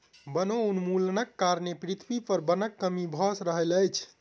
वनोन्मूलनक कारणें पृथ्वी पर वनक कमी भअ रहल अछि